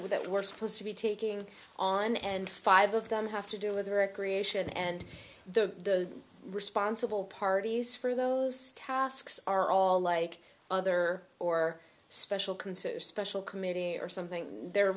with that were supposed to be taking on and five of them have to do with recreation and the responsible parties for those tasks are all like other or special concert special committee or something there